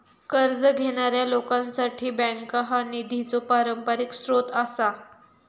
कर्ज घेणाऱ्या लोकांसाठी बँका हा निधीचो पारंपरिक स्रोत आसा